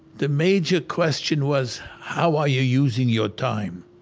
the major question was how are you using your time?